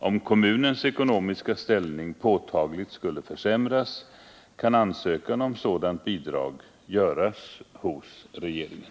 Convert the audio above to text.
Om kommunens ekonomiska ställning påtagligt skulle försämras, kan ansökan om sådant bidrag göras hos regeringen.